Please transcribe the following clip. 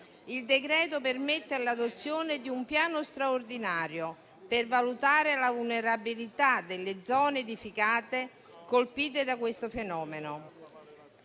Il decreto-legge permette l'adozione di un piano straordinario per valutare la vulnerabilità delle zone edificate colpite da questo fenomeno.